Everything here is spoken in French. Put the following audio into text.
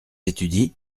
étudient